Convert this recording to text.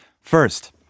First